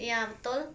ya betul